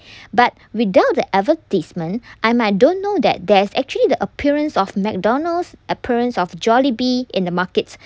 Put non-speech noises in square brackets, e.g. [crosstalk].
[breath] but without the advertisement I might don't know that there's actually the appearance of mcdonald's appearance of jollibee in the markets